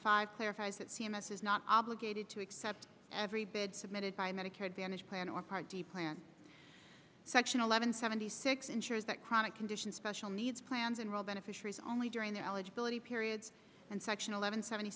five clarifies that c m s is not obligated to accept every bid submitted by medicare advantage plan or part d plan section eleven seventy six ensures that chronic conditions special needs plans and real beneficiaries only during the eligibility periods and section eleven seventy